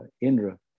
Indra